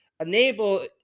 enable